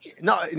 No